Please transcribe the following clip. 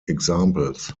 examples